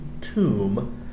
tomb